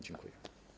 Dziękuję.